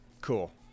Cool